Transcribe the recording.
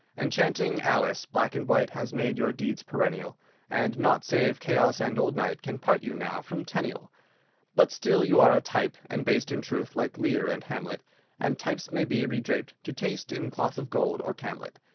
enchanting alice! black-and-white has made your deeds perennial and naught save chaos and old night can part you now from tenniel but still you are a type, and based in truth, like lear and hamlet and types may be re-draped to taste in cloth-of-gold or camlet.